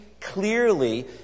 clearly